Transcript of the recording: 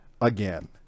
again